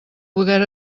poder